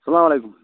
سَلام علیکُم